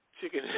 Chicken